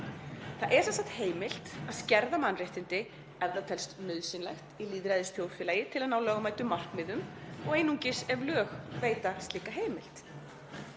Það er sem sagt heimilt að skerða mannréttindi ef það telst nauðsynlegt í lýðræðisþjóðfélagi til að ná lögmætum markmiðum og einungis ef lög veita slíka heimild.